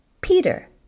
Peter